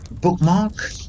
Bookmark